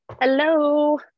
Hello